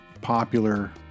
popular